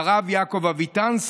הרב יעקב אביטן,